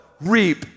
reap